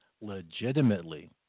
legitimately